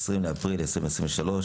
20 באפריל 2023,